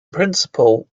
principle